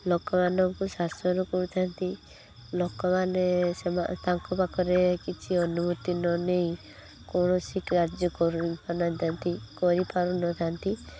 ଲୋକମାନଙ୍କୁ ଶାସନ କରୁଥାନ୍ତି ଲୋକମାନେ ତାଙ୍କ ପାଖରେ କିଛି ଅନୁମତି ନ ନେଇ କୌଣସି କାର୍ଯ୍ୟ କରି ପାରୁନଥାନ୍ତି